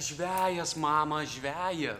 žvejas mama žvejas